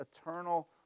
eternal